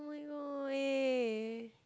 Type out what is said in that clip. no way